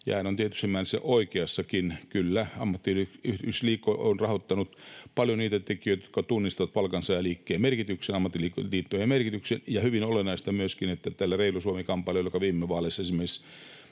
ja hän on tietyssä mielessä oikeassakin. Kyllä, ammattiyhdistysliike on rahoittanut paljon niitä tekijöitä, jotka tunnistavat palkansaajaliikkeen merkityksen, ammattiliittojen merkityksen. On hyvin olennaista myöskin, että tällä reilu Suomi ‑kampanjalla, joka viime vaaleissa esimerkiksi